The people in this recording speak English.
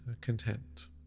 content